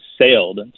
sailed